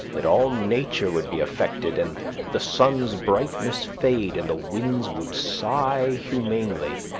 that all nature would be affected, and the sun's brightness fade, and the winds would sigh humanely,